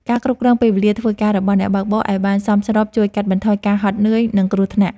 ការគ្រប់គ្រងពេលវេលាធ្វើការរបស់អ្នកបើកបរឱ្យបានសមស្របជួយកាត់បន្ថយការហត់នឿយ និងគ្រោះថ្នាក់។